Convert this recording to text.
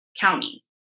county